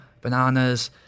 bananas